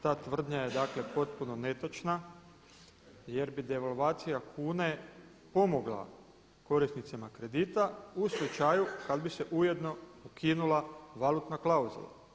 Ta tvrdnja je dakle potpuno netočna jer bi devalvacija kune pomogla korisnicima kredita u slučaju kad bi se ujedno ukinula valutna klauzula.